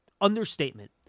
understatement